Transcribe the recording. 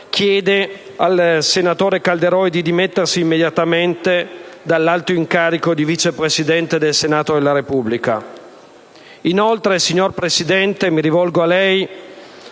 chiede al senatore Calderoli di dimettersi immediatamente dall'alto incarico di Vice Presidente del Senato della Repubblica. Inoltre, signor Presidente, mi rivolgo a lei: